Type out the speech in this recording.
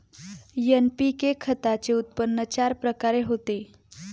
NPK खताचे उत्पन्न चार प्रकारे होते